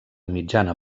mitjana